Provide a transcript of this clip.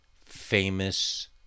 famous